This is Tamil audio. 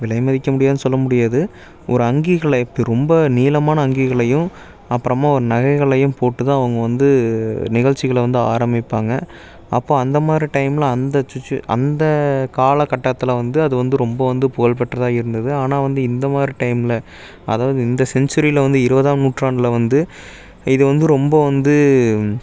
விலைமதிக்க முடியாதுன்னு சொல்ல முடியாது ஒரு அங்கிகளை ரொம்ப நீளமான அங்கிகளையும் அப்பு றமா ஒரு நகைகளையும் போட்டுதான் அவங்க வந்து நிகழ்ச்சிகளை வந்து ஆரம்பிப்பாங்க அப்போ அந்தமாதிரி டைமில் அந்த சுட்சு அந்த காலக்கட்டத்தில் வந்து அது வந்து ரொம்ப வந்து புகழ்பெற்றதாக இருந்தது ஆனால் வந்து இந்த மாதிரி டைமில் அதாவது இந்த செஞ்சுரியில் வந்து இருபதாம் நூற்றாண்டில் வந்து இது வந்து ரொம்ப வந்து